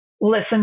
listen